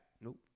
Nope